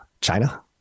China